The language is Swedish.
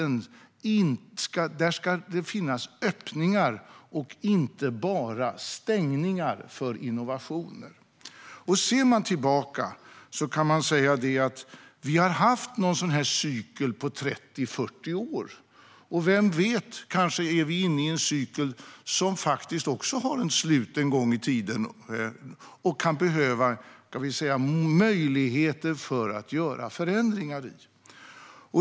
Han menade att det i finansmakten ska finnas öppningar och inte bara stängningar för innovationer. Ser man tillbaka kan man se att vi har haft en cykel på 30-40 år, och vem vet - kanske är vi inne i en cykel som faktiskt också har ett slut en gång i tiden och där det kan behövas möjligheter att göra förändringar?